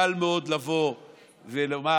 קל מאוד לבוא ולומר: